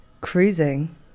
cruising